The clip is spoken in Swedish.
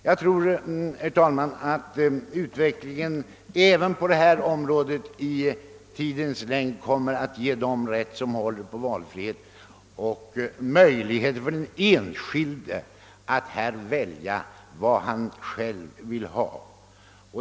Jag tror herr talman, att utvecklingen även på detta område i tidens längd kommer att ge dem rätt som håller på någon valfrihet och möjlighet för den enskilde att själv välja vad han vill se.